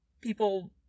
people